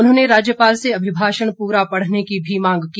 उन्होंने राज्यपाल से अभिभाषण पूरा पढ़ने की भी मांग की